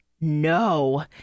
No